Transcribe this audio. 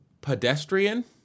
pedestrian